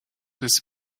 this